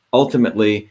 ultimately